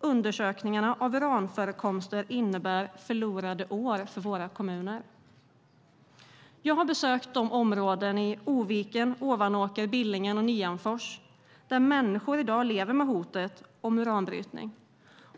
"undersökningarna av uranförekomster innebär förlorade år för våra kommuner". Jag har besökt de områden i Oviken, Ovanåker, Billingen och Nianfors där människor i dag lever med hotet om uranbrytning.